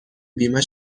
بیمه